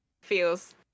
feels